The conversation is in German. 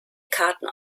karten